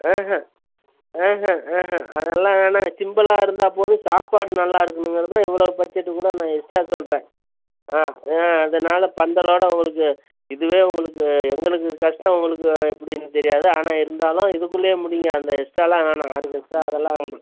ஆஹும் ஆஹும் ஆஹும் அதெல்லாம் வேணாங்க சிம்புளா இருந்தால் போதும் சாப்பாடு நல்லாருக்கணுங்கறது தான் இவ்வளோ பட்ஜட்டுக்கூட நான் எஸ்ட்டா சொல்கிறேன் ஆ ஆ அதனால் பந்தலோடு உங்களுக்கு இதுவே உங்களுக்கு எங்களுக்கு கஷ்டம் உங்களுக்கு எப்படின்னு தெரியாது ஆனால் இருந்தாலும் இதுக்குள்ளே முடிங்க அந்த எஸ்ட்டாலாம் வேணாம் ஆர்கெஸ்ட்டா அதெல்லாம் வேணாம்